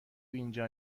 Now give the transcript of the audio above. اینجا